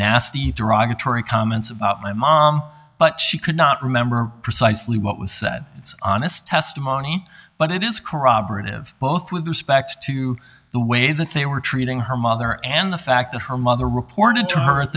nasty derogatory comments about my mom but she could not remember precisely what was said it's honest testimony but it is corroborative both with respect to the way that they were treating her mother and the fact that her mother reported to her at